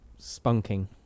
spunking